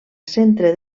centre